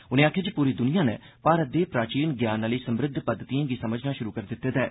उनें आखेआ जे पूरी दुनिया नै भारत दे प्राचीन ज्ञान आह्ली समृद्ध पद्धतिएं गी समझना शुरु करी दित्ते दा ऐ